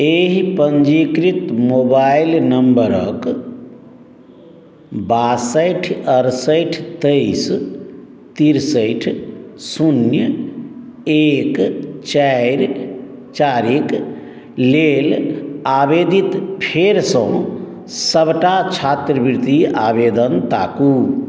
एहि पञ्जीकृत मोबाइल नम्बरक बासठि अड़सठि तेइस तिरसठि शून्य एक चारि चारिक लेल आवेदित फेरसँ सबटा छात्रवृत्ति आवेदन ताकू